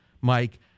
Mike